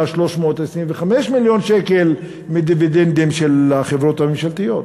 325 מיליון שקל מדיבידנדים של חברות ממשלתיות.